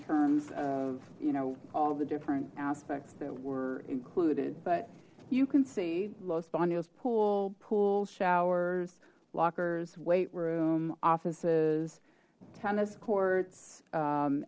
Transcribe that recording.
terms of you know all the different aspects that were included but you can see los llanos pool pool showers lockers weight room offices tennis courts